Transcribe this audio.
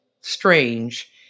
strange